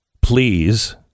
please